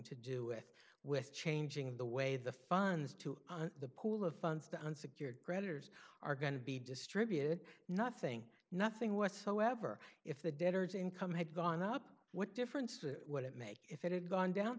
to do with with changing the way the funds to the pool of funds to unsecured creditors are going to be distributed nothing nothing whatsoever if the debtors income had gone up what difference would it make if it had gone down